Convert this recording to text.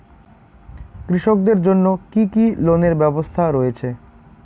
কৃষকদের জন্য কি কি লোনের ব্যবস্থা রয়েছে?